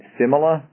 similar